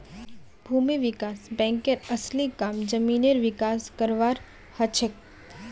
भूमि विकास बैंकेर असली काम जमीनेर विकास करवार हछेक